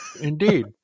Indeed